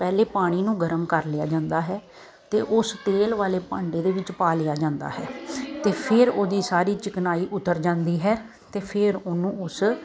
ਪਹਿਲਾਂ ਪਾਣੀ ਨੂੰ ਗਰਮ ਕਰ ਲਿਆ ਜਾਂਦਾ ਹੈ ਅਤੇ ਉਸ ਤੇਲ ਵਾਲੇ ਭਾਂਡੇ ਦੇ ਵਿੱਚ ਪਾ ਲਿਆ ਜਾਂਦਾ ਹੈ ਅਤੇ ਫਿਰ ਉਹਦੀ ਸਾਰੀ ਚਿਕਨਾਈ ਉਤਰ ਜਾਂਦੀ ਹੈ ਅਤੇ ਫਿਰ ਉਹਨੂੰ ਉਸ